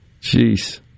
Jeez